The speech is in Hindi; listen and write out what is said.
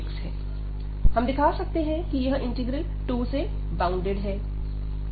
हम दिखा सकते हैं कि यह इंटीग्रल 2 से बाउंडेड है